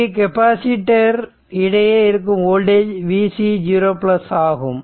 இங்கு கெப்பாசிட்டர் இடையே இருக்கும் வோல்டேஜ் Vc0 ஆகும்